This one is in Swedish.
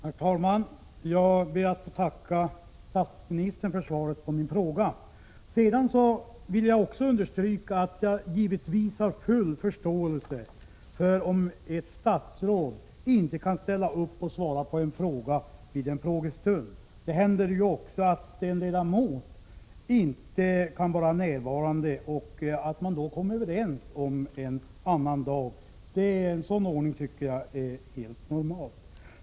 Herr talman! Jag ber att få tacka statsministern för svaret på min fråga. Jag vill understryka att jag givetvis har full förståelse för om ett statsråd inte har möjlighet att närvara vid en frågestund för att svara på en fråga. Det händer ju också att en ledamot inte kan vara närvarande. Då kommer man överens om att svaret skall lämnas en annan dag. En sådan ordning tycker jag är helt normal.